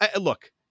look